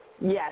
Yes